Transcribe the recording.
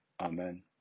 Amen